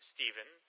Stephen